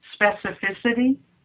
specificity